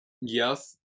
yes